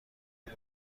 بود